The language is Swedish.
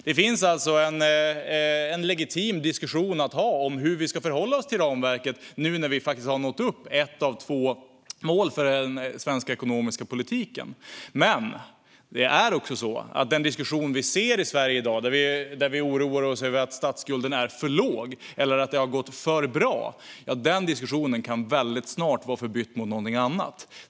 Det finns alltså en legitim diskussion att föra om hur vi ska förhålla oss till ramverket när vi nu faktiskt har nått upp till ett av två mål för den svenska ekonomiska politiken. Men den diskussion som vi ser i Sverige i dag där vi oroar oss över att statsskulden är för låg eller att det har gått för bra kan väldigt snart bli förbytt till någonting annat.